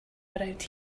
around